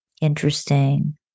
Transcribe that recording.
interesting